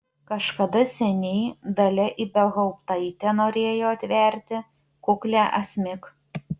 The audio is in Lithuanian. kažkada seniai dalia ibelhauptaitė norėjo atverti kuklią asmik